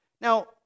Now